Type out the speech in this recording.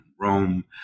Rome